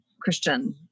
Christian